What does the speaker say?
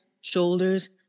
shoulders